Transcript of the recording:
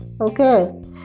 okay